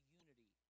unity